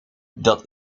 dat